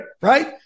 right